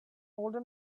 older